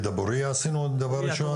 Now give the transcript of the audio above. בדבוריה עשינו דבר ראשון.